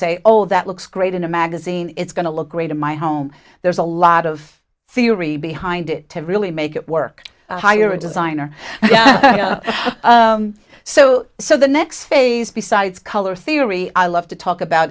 say oh that looks great in a magazine it's going to look great in my home there's a lot of theory behind it to really make it work hire a designer so so the next phase besides color theory i love to talk about